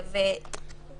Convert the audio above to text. אבל זה לא מיותר?